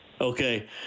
Okay